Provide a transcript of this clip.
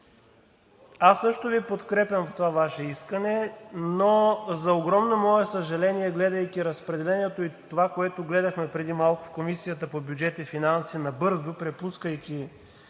Аз също Ви подкрепям в това Ваше искане, но за огромно мое съжаление, гледайки разпределението и това, което гледахме преди малко в Комисията по бюджет и финанси набързо, препускайки